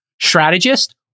strategist